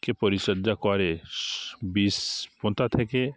কে পরিচর্যা করে বীজ পোঁতা থেকে